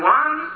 one